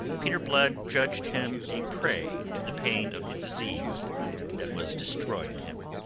peter blood judged him a prey to the pain of the disease that was destroying him.